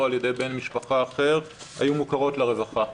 על ידי בן משפחה אחר היו מוכרות לרווחה.